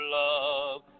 love